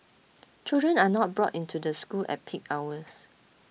children are not brought into the school at peak hours